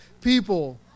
people